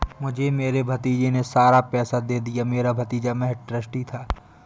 मुझे मेरे भतीजे ने सारा पैसा दे दिया, मेरा भतीजा महज़ ट्रस्टी था